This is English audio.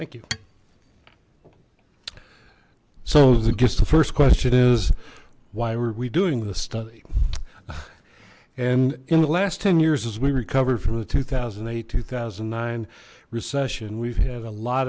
thank you so the gifts the first question is why were we doing this study and in the last ten years as we recovered from the two thousand and eight two thousand and nine recession we've had a lot